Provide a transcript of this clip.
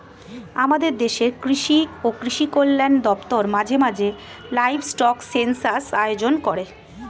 আমাদের দেশের কৃষি ও কৃষি কল্যাণ দপ্তর মাঝে মাঝে লাইভস্টক সেন্সাস আয়োজন করেন